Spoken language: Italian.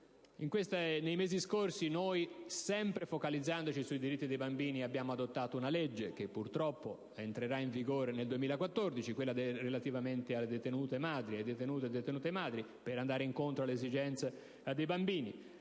Nei mesi scorsi, sempre focalizzandoci sui diritti dei bambini, abbiamo adottato una legge, che purtroppo entrerà in vigore nel 2014, relativamente alle detenute madri, per andare incontro alle esigenze dei bambini.